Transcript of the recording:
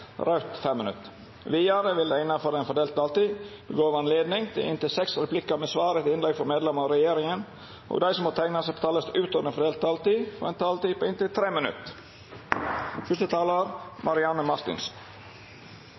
inntil fem replikker med svar etter innlegg fra medlemmer av regjeringen, og de som måtte tegne seg på talerlisten utover den fordelte taletid, får også en taletid på inntil 3 minutter.